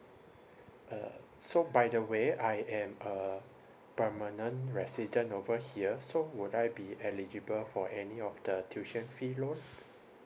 uh so by the way I am a permanent resident over here so would I be eligible for any of the tuition fee loan